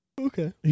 Okay